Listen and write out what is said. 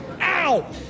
Ow